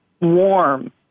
warm